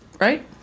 Right